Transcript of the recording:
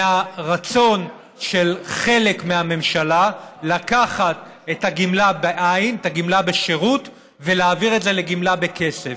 מהרצון של חלק מהממשלה לקחת את הגמלה בשירות ולהפוך את זה לגמלה בכסף.